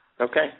Okay